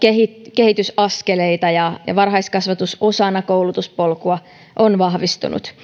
kehitysaskeleita ja ja varhaiskasvatus osana koulutuspolkua on vahvistunut